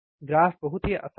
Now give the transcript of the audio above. graph बहुत आसान है